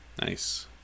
Nice